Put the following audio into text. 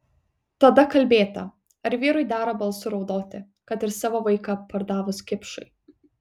tada kalbėta ar vyrui dera balsu raudoti kad ir savo vaiką pardavus kipšui